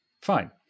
fine